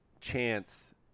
chance